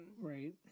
Right